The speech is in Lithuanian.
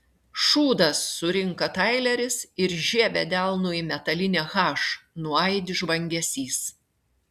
šūdas surinka taileris ir žiebia delnu į metalinę h nuaidi žvangesys